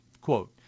quote